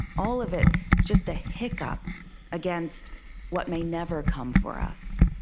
all of it just a hiccough against what may never come for us.